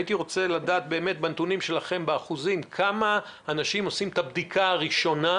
הייתי רוצה לדעת כמה אנשים עושים את הבדיקה הראשונה,